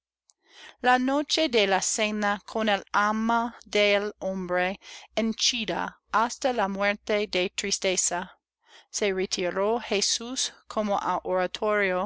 ia noche de la cena con el alma del hombre henchida hasta la muerte de tristeza se retiró jesús como